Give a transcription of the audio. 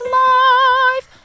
life